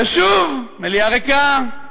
ושוב מליאה ריקה,